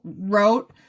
wrote